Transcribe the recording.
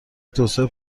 توسعه